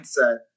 mindset